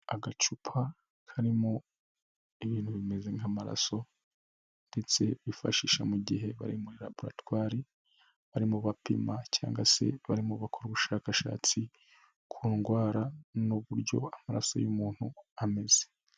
Agacupa karimo ibintu bimeze nk'amaraso ndetse bifashisha mu gihe bari muri labaratwari, barimo bapima cyangwa se barimo bakora ubushakashatsi ku ndwara n'uburyo amaraso y'umuntu ameze.